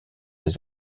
les